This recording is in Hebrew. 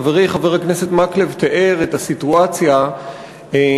חברי חבר הכנסת מקלב תיאר את הסיטואציה הבעייתית,